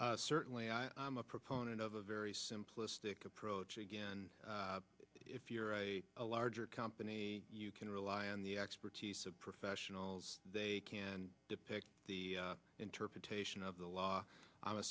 certainly i'm a proponent of a very simplistic approach again if you're a larger company you can rely on the expertise of professionals they depict the interpretation of the law i'm a